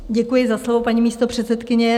Děkuji za slovo, paní místopředsedkyně.